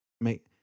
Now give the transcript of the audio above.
make